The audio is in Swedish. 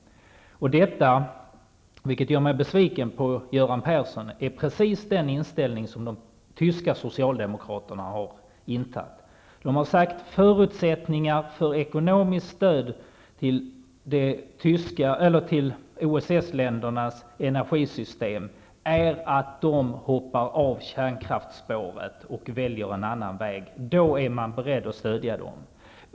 Detta -- där är jag besviken på Göran Persson -- är precis den inställning som de tyska socialdemokraterna har. De har sagt att förutsättningen för ekonomiskt stöd till OSS-ländernas energisystem är att man hoppar av kärnkraftsspåret och väljer en annan väg. Först då är de beredda att stödja dem.